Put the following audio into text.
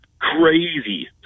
crazy